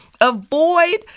Avoid